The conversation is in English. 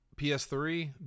PS3